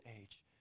age